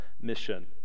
mission